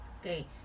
Okay